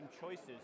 choices